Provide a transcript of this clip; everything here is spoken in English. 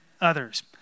others